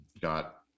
Got